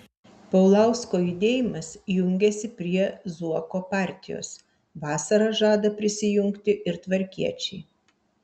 paulausko judėjimas jungiasi prie zuoko partijos vasarą žada prisijungti ir tvarkiečiai